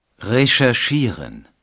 Recherchieren